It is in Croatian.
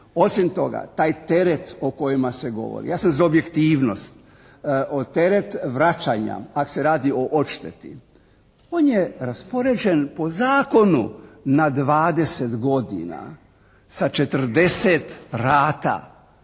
Osim toga taj teret o kojima se govori, ja sam za objektivnost, o teret vraćanja, ali se radi o odšteti. On je raspoređen po zakonu na 20 godina sa 40 rata